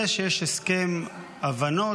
זה שיש הסכם הבנות,